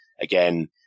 again